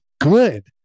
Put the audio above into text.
good